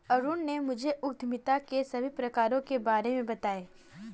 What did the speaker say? अरुण ने मुझे उद्यमिता के सभी प्रकारों के बारे में बताएं